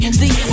see